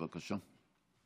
בבקשה.